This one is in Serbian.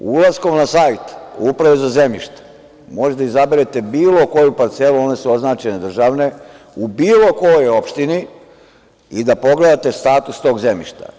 Ulaskom na sajt Uprave za zemljišta možete da izabere bilo koju parcelu, one su označene državne, u bilo kojoj opštini i da pogledate status tog zemljišta.